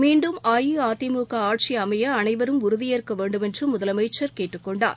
மீன்டும் அஇஅதிமுகஆட்சிஅமையஅனைவரும் உறுதியேற்கவேண்டுமென்றுமுதலமைச்சர் கேட்டுக் கொண்டார்